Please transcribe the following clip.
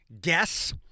guess